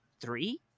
three